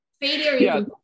failure